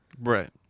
Right